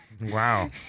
wow